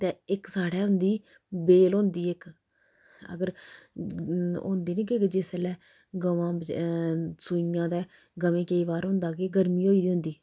ते इक साढ़ा होंदी बेल होंदी इक अगर होंदी कि जिलसै गवां बच सुइयां ते गवें गी केईं बार होंदा कि गर्मी होई दी होंदी